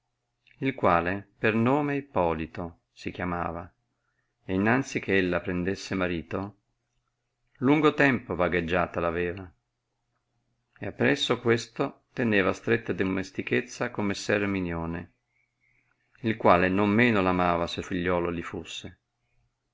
il quale per nome ippolito si chiamava ed innanzi che ella prendesse marito lungo tempo vagheggiata aveva ed appresso questo teneva stretta domestichezza con messer erminione il quale non meno amava se figliuolo li fusse